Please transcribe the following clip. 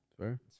Fair